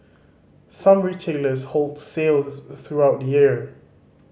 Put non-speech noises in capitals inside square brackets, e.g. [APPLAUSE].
some retailers hold sales [UNINTELLIGIBLE] throughout the year